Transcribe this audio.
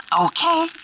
okay